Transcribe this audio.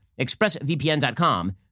expressvpn.com